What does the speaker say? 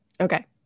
okay